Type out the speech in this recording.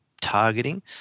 targeting